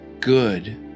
good